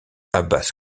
abbas